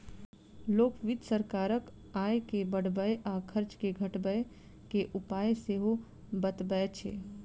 लोक वित्त सरकारक आय के बढ़बय आ खर्च के घटबय के उपाय सेहो बतबैत छै